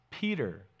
Peter